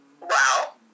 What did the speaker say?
Wow